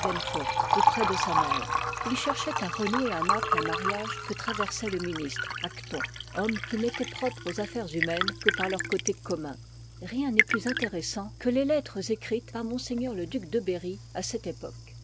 auprès de sa mère il cherchoit à renouer à naples un mariage que traversoit le ministre acton homme qui n'étoit propre aux affaires humaines que par leur côte commun bien n'est plus intéressant que les lettres écrites par ms le duc de berry à cette i part époque